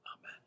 amen